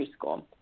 preschool